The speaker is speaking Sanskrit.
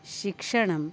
शिक्षणं